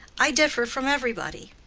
i differ from everybody.